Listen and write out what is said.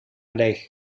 leeg